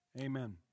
Amen